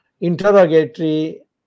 interrogatory